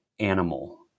animal